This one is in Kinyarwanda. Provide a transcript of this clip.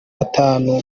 atatu